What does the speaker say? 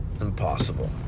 impossible